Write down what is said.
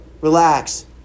Relax